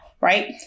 right